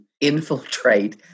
infiltrate